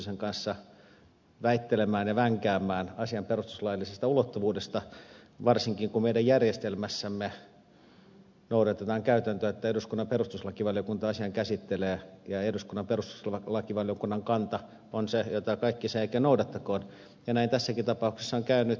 tiusasen kanssa väittelemään ja vänkäämään asian perustuslaillisesta ulottuvuudesta varsinkin kun meidän järjestelmässämme noudatetaan käytäntöä että eduskunnan perustuslakivaliokunta asian käsittelee ja eduskunnan perustuslakivaliokunnan kanta on se jota kaikki sen jälkeen noudattakoot ja näin tässäkin tapauksessa on käynyt